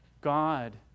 God